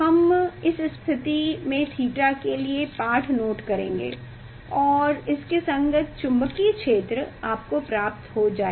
हम इस स्थिति में थीटा के लिए पाठ नोट करेंगे और इसके संगत चुंबकीय क्षेत्र आपको प्राप्त हो जाएगा